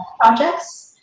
projects